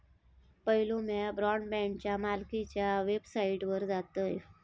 पयलो म्या ब्रॉडबँडच्या मालकीच्या वेबसाइटवर जातयं